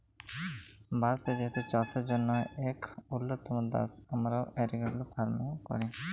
ভারত যেহেতু চাষের জ্যনহে ইক উল্যতম দ্যাশ, আমরা অর্গ্যালিক ফার্মিংও ক্যরি